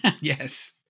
yes